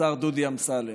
השר דודי אמסלם.